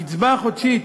הקצבה החודשית